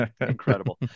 Incredible